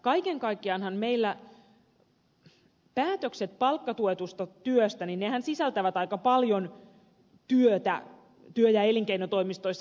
kaiken kaikkiaanhan meillä päätökset palkkatuetusta työstä sisältävät aika paljon työtä työ ja elinkeinotoimistoissa